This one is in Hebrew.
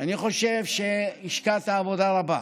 אני חושב שהשקעת עבודה רבה.